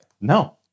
No